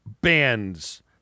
bands